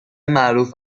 معروف